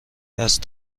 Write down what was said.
است